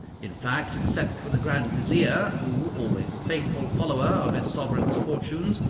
in fact, except for the grand vizier, who, always a faithful follower of his sovereign's fortunes,